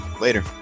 Later